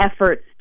efforts